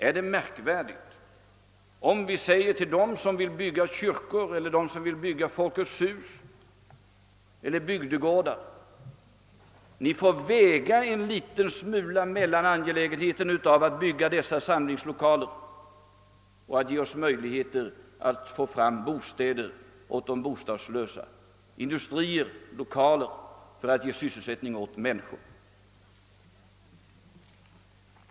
Är det då märkvärdigt om vi säger till dem som vill bygga kyrkor, Folkets hus eller bygdegårdar: Ni får en liten smula väga angelägenheten av att bygga dessa samlingslokaler och ge oss möjligheter att bygga bostäder åt de bostadslösa och industrilokaler för att ge sysselsättning åt människor.